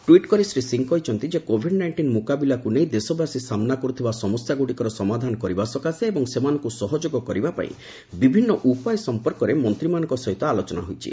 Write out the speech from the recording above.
tweet କରି ଶ୍ରୀ ସିଂ କହିଛନ୍ତି ଯେ କୋଭିଡ୍ ନାଇଷ୍ଟିନ୍ ମୁକାବିଲାକୁ ନେଇ ଦେଶବାସୀ ସାମ୍ବା କରୁଥିବା ସମସ୍ୟାଗୁଡ଼ିକର ସମାଧାନ କରିବା ସକାଶେ ଏବଂ ସେମାନଙ୍କୁ ସହଯୋଗ କରିବା ପାଇଁ ବିଭିନ୍ନ ଉପାୟ ସମ୍ପନ୍ଧରେ ମନ୍ତ୍ରୀମାନଙ୍କ ସହିତ ଆଲୋଚନା ହୋଇଛି